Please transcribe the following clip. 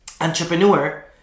entrepreneur